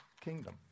kingdom